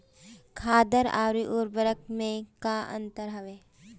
खादर अवरी उर्वरक मैं का अंतर हवे?